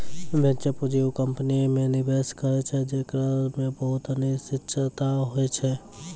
venture पूंजी उ company मे निवेश करै छै जेकरा मे बहुते अनिश्चिता होय छै